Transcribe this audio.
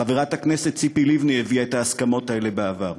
חברת הכנסת ציפי לבני הביאה את ההסכמות האלה בעבר.